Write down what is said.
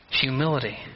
Humility